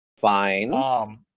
fine